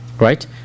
Right